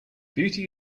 beauty